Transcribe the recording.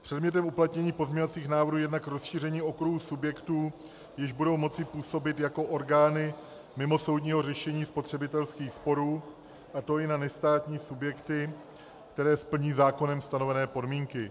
Předmětem uplatnění pozměňovacích návrhů je jednak rozšíření okruhu subjektů, jež budou moci působit jako orgány mimosoudního řešení spotřebitelských sporů, a to i na nestátní subjekty, které splňují zákonem stanovené podmínky.